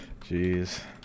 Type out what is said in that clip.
Jeez